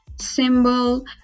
symbol